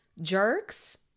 jerks